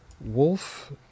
Wolf